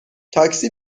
تاکسی